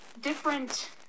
different